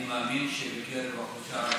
אני מאמין שבקרב האוכלוסייה הערבית,